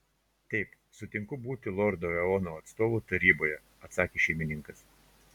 taip sutinku būti lordo eono atstovu taryboje atsakė šeimininkas